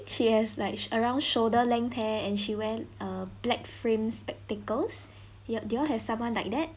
she has like around shoulder length hair and she wear a black frames spectacles ya do you all have someone like that